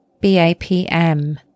BAPM